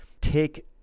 take